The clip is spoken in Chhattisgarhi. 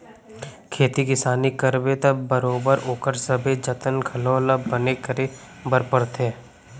खेती किसानी करबे त बरोबर ओकर सबे जतन घलौ ल बने करे बर परथे